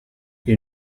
che